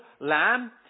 lamb